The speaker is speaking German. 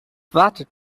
wartet